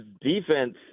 defense